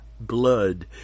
blood